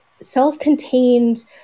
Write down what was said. self-contained